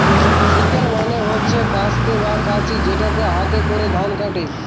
sickle মানে হচ্ছে কাস্তে বা কাঁচি যেটাকে হাতে করে ধান কাটে